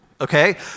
okay